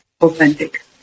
authentic